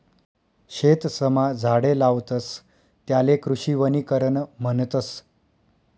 शेतसमा झाडे लावतस त्याले कृषी वनीकरण म्हणतस